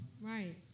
Right